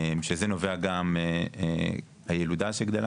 שזה נובע גם מילודה שגדלה